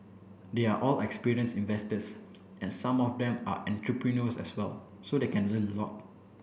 they are all experienced investors and some of them are entrepreneurs as well so they can learn a lot